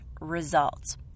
results